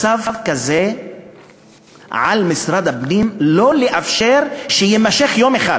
מצב כזה על משרד הפנים לא לאפשר שיימשך יום אחד.